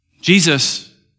Jesus